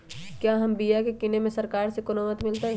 क्या हम बिया की किने में सरकार से कोनो मदद मिलतई?